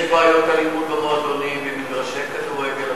יש בעיות אלימות במועדונים ובמגרשי כדורגל,